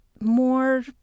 more